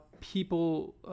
people